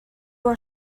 were